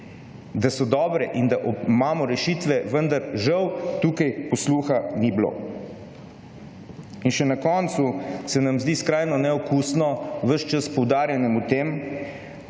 da so dobre in da imamo rešitve. Vendar žal tukaj posluha ni bilo. In še na koncu se nam zdi skrajno neokusno ves čas poudarjanje o tem,